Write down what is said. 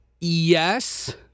Yes